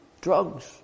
drugs